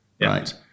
Right